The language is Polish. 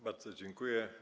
Bardzo dziękuję.